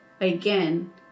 again